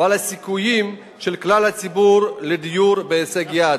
ועל הסיכויים של כלל הציבור לדיור בהישג יד.